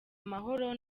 amahoro